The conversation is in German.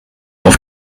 auf